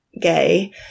gay